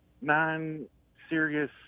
non-serious